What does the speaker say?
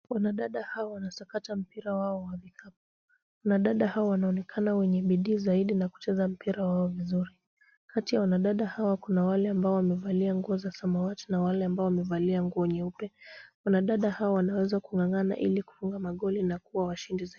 Wanadada hawa wanasakata mpira wao wa vikapu. Wanadada hawa wanaonekana wenye bidii zaidi na kucheja mpira wao vizuri. Kati ya wanadada hawa kuna wale ambao wamevalia nguo za samawati na wale ambao wamevalia nguo nyeupe. Wanadada hawa wanaweza kung'ang'ana ili kufunga magoli na kuwa washindi zaidi.